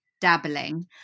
dabbling